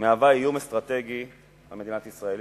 מהווה איום אסטרטגי על מדינת ישראל.